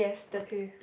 okay